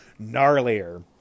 gnarlier